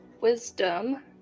wisdom